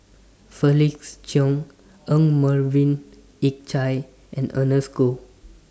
Felix Cheong Yong Melvin Yik Chye and Ernest Goh